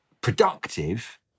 productive